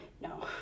no